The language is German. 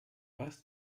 was